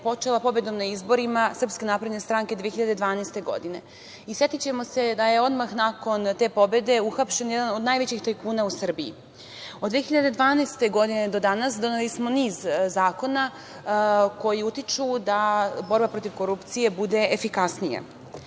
počela pobedom na izborima SNS 2012. godine. Setićemo se da je odmah nakon te pobede uhapšen jedan od najvećih tajkuna u Srbiji. Od 2012. godine do danas doneli smo niz zakona koji utiču na to da borba protiv korupcije bude efikasnija. Ne